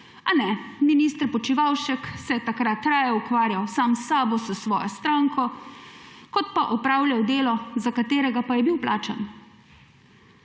A ne, minister Počivalšek se je takrat raje ukvarjal sam s sabo, s svojo stranko, kot da bi opravljal delo, za katerega je bil plačan.